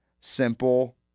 simple